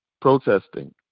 protesting